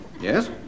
yes